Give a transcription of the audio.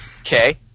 Okay